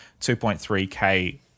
2.3K